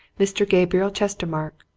mr. gabriel chestermarke,